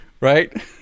right